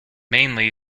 mainly